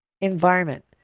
environment